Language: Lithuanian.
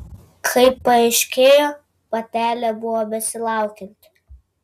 kaip paaiškėjo patelė buvo besilaukianti